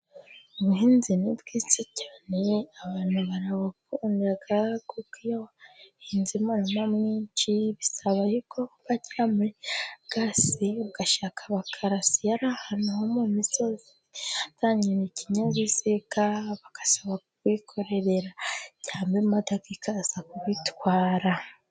Ubuhinzi ni bwiza cyane abantu barabukoraga, kuko iyo uhinze imirima myinshi bisaba y'uko upakira muri gasi, ugashaka abakarasi iyo ari ahantu ho mu misozi hataragera ikinyabiziga, bagasaba kukwikorerera, cyangwa imodoka ikaza kubitwara.